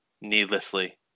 needlessly